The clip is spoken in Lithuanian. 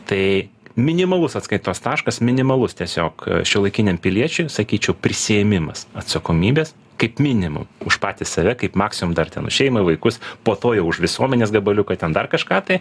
tai minimalus atskaitos taškas minimalus tiesiog šiuolaikiniam piliečiui sakyčiau prisiėmimas atsakomybės kaip minimum už patį save kaip maksimum dar ten už šeimą vaikus po to jau už visuomenės gabaliuką ten dar kažką tai